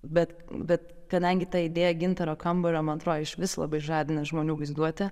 bet bet kadangi ta idėja gintaro kambario man atrodo išvis labai žadina žmonių vaizduotę